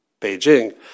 Beijing